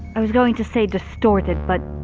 i was going to say distorted, but.